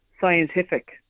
scientific